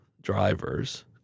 drivers